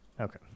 Okay